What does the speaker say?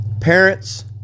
parents